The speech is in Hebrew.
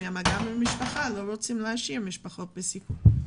לא רצו להשאיר משפחות עם סיכון.